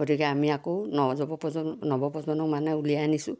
গতিকে আমি আকৌ নৱপ্ৰজন্মক মানে উলিয়াই আনিছোঁ